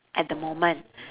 at the moment